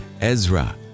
Ezra